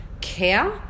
care